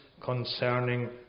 concerning